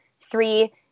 three